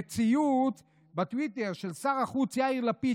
בציוץ בטוויטר של שר החוץ יאיר לפיד,